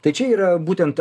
tai čia yra būtent